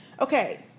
Okay